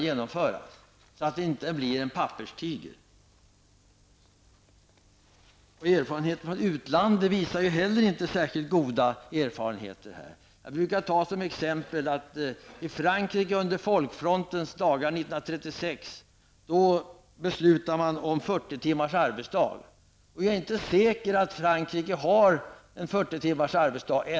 Risken finns ju att lagen bara blir en papperstiger. Våra erfarenheter av hur det är i utlandet är inte särskilt goda på den punkten. Som exempel brukar jag nämna det beslut som fransmännen fattade under folkfrontens dagar 1936 om 40 timmars arbetsvecka. Men jag är inte säker på att fransmännen ännu har nått dit.